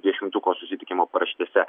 dvidešimtuko susitikimo paraštėse